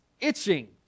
itching